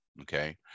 okay